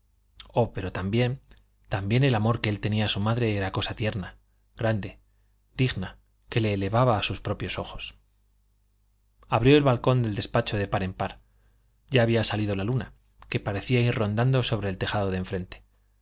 oh pero también también el amor que él tenía a su madre era cosa tierna grande digna que le elevaba a sus propios ojos abrió el balcón del despacho de par en par ya había salido la luna que parecía ir rodando sobre el tejado de enfrente